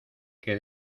que